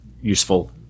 useful